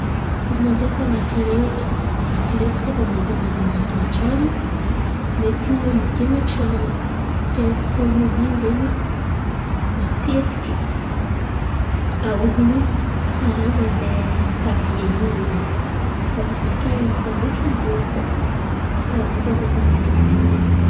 Koa fa mampiasa lakile lakile baka mety sady an̈abiafan̈a tran̈o mety amodian̈a tran̈o. Ke koa fa amody matetiky aodin̈y karà mandeha ankavia, in̈y ze izy fa misy ndraiky mifanonihitry amin’ny izen̈y koa fa karà zen̈y fampiasan̈a lakile ze.